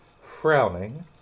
frowning